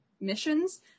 missions